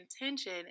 intention